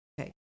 okay